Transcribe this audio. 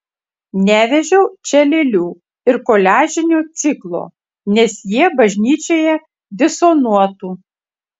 nevežiau čia lėlių ir koliažinio ciklo nes jie bažnyčioje disonuotų